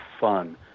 fun